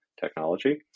technology